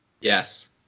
Yes